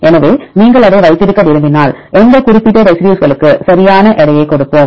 எனவே நீங்கள் அதை வைத்திருக்க விரும்பினால் அந்த குறிப்பிட்ட ரெசிடியூஸ்களுக்கு சரியான எடையைக் கொடுப்போம்